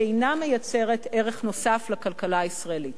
שאינה מייצרת ערך נוסף לכלכלה הישראלית.